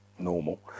Normal